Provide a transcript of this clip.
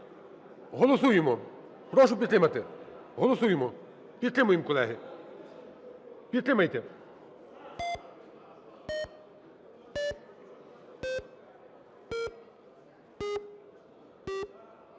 Голосуємо. Прошу підтримати! Голосуємо! Підтримуємо, колеги! Підтримайте!